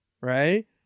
Right